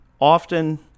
often